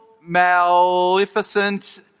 Maleficent